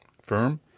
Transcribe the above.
firm